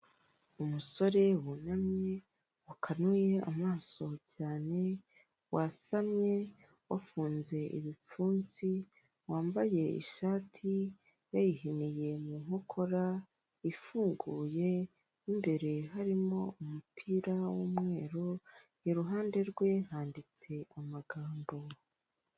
Umusore wunamye ukanuye amaso cyane wasamye wafunze ibipfunsi wambaye ishati yayihiniye mu nkokora ifunguye mu imbere harimo umupira w'umweru iruhande rwe handitse amagambo.